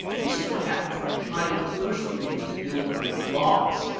this is what happens when a child at first begins to build with blocks,